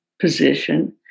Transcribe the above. position